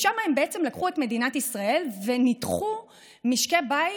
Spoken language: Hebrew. שם הם לקחו את מדינת ישראל וניתחו משקי בית